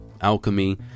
Alchemy